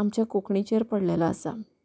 आमच्या कोंकणीचेर पडलेलो आसा